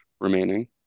remaining